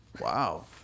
wow